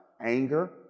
anger